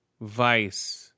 Vice